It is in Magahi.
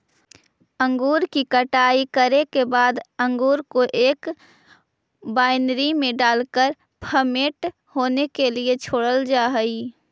अंगूर की कटाई करे के बाद अंगूर को एक वायनरी में डालकर फर्मेंट होने के लिए छोड़ल जा हई